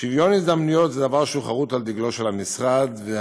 שוויון הזדמנויות זה דבר שחרות על דגלו של משרד החינוך,